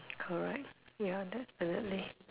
correct ya definitely